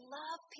love